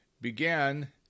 began